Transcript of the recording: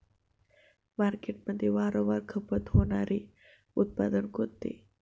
मार्केटमध्ये वारंवार खपत होणारे उत्पादन कोणते?